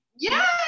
Yes